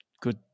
good